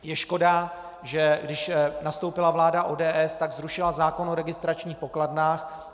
Je škoda, že když nastoupila vláda ODS, tak zrušila zákon o registračních pokladnách.